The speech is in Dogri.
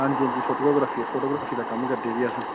हां जी हां जी फोटुआ ग्राफी फोटूग्राफी दा कम्म करदे जी अस